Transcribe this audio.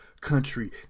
country